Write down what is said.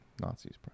Nazis